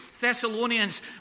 Thessalonians